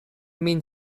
min